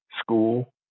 school